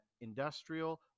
Industrial